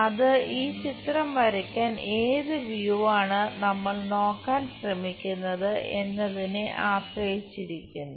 അത് ഈ ചിത്രം വരയ്ക്കാൻ ഏത് വ്യൂവാണ് നമ്മൾ നോക്കാൻ ശ്രമിക്കുന്നത് എന്നതിനെ ആശ്രയിച്ചിരിക്കുന്നു